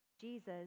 Jesus